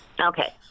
okay